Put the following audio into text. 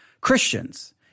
Christians